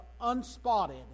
unspotted